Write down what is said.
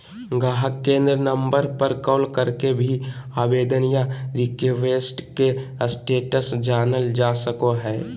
गाहक केंद्र नम्बर पर कॉल करके भी आवेदन या रिक्वेस्ट के स्टेटस जानल जा सको हय